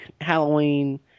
Halloween